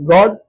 God